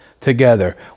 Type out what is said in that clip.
together